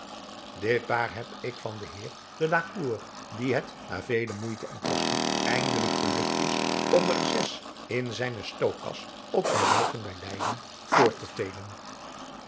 dit paar heb ik van den heer de la court dien het na veele moeite en kosten eindelijk gelukt is om er zes in zijne stookkas op zijn buiten bij leyden voort te telen